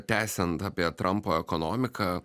tęsiant apie trampo ekonomiką